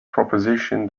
proposition